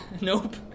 Nope